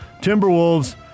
Timberwolves